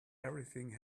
everything